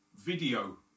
video